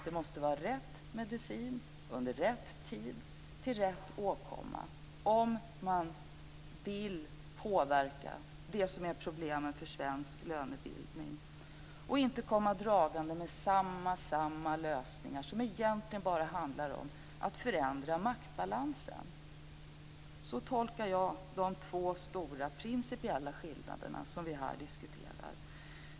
Det måste vara rätt medicin vid rätt tid för rätt åkomma om man vill påverka problemet med svensk lönebildning. Man ska inte komma dragande med samma och åter samma lösningar, som egentligen bara handlar om att förändra maktbalansen. Så tolkar jag de två stora principiella skillnader som vi här diskuterar.